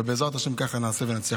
ובעזרת השם כך נעשה ונצליח.